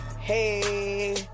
Hey